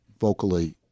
vocally